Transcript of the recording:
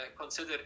consider